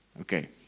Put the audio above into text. Okay